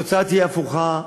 התוצאה תהיה הפוכה.